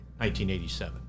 1987